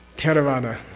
theravada.